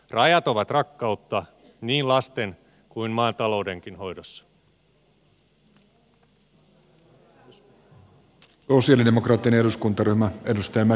rajat ovat rakkautta niin lasten kuin maan taloudenkin hoidossa